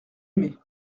aimé